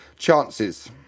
chances